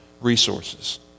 resources